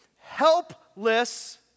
helpless